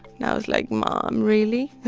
and i was like mom, really.